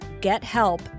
gethelp